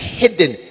hidden